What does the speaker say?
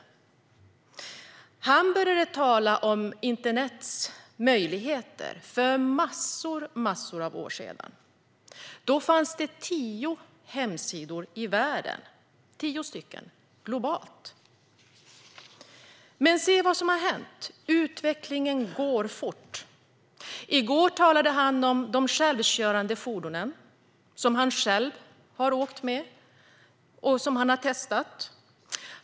Han började tala om internets möjligheter. För massor av år sedan fanns det tio hemsidor i världen, tio stycken globalt. Men se vad som har hänt! Utvecklingen går fort. I går talade han om de självkörande fordon som han själv har åkt med och testat.